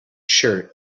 shirt